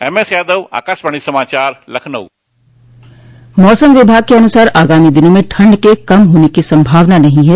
MS Yadav Akashvani समाचार लखनऊ मौसम विभाग के अनुसार आगामी दिनों में ठंड के कम होने की संभावना नहीं है